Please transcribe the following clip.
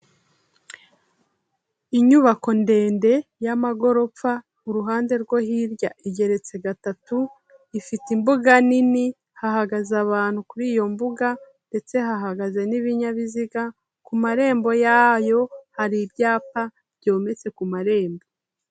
Inyubako ndende y'amagorofa, uruhande rwo hirya igeretse gatatu, ifite imbuga nini, hahagaze abantu kuri iyo mbuga ndetse hahagaze n'ibinyabiziga, ku marembo yayo hari ibyapa byometse ku marembo.